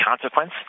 consequence